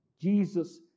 Jesus